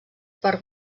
per